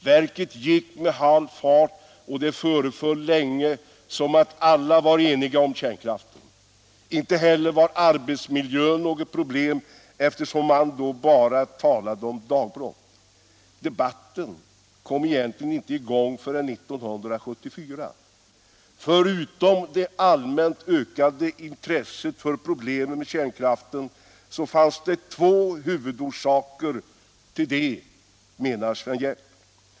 Verket gick med halv fart och det föreföll länge som att alla var eniga om kärnkraften. Inte heller var arbetsmiljön något problem eftersom man då bara talade om dagbrott. Debatten kom egentligen inte i gång förrän 1974. Förutom det allmänt ökade intresset för problemen med kärnkraften så fanns det två huvudorsaker till det, menar Sven Hjert.